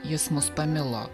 jis mus pamilo